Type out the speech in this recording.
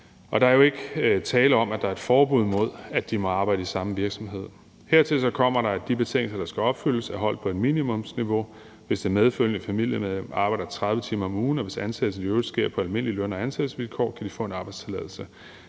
Og der er jo ikke tale om, at der er et forbud mod, at de må arbejde i samme virksomhed. Hertil kommer, at de betingelser, der skal opfyldes, er holdt på et minimumsniveau. Hvis det medfølgende familiemedlem arbejder 30 timer om ugen, og hvis ansættelsen i øvrigt sker på almindelige løn- og ansættelsesvilkår, kan de få en arbejdstilladelse.